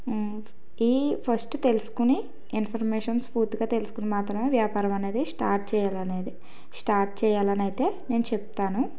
ఇవి ఫస్ట్ తెలుసుకుని ఇన్ఫర్మేషన్స్ పూర్తిగా తెలుసుకుని మాత్రమే వ్యాపారం అనేది స్టార్ట్ చేయాలి అనేది స్టార్ట్ చేయాలి అని అయితే నేను చెప్తాను